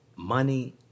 Money